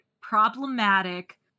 problematic